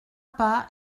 pas